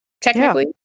technically